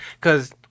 cause